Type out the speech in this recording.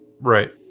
Right